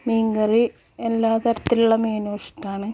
മീൻകറി എല്ലാ തരത്തിലുള്ള മീനും ഇഷ്ടമാണ്